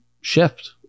shift